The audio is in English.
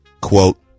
Quote